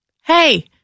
Hey